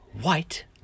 white